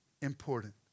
important